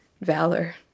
valor